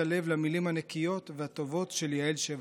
הלב למילים הנקיות והטובות של יעל שבח.